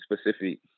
specific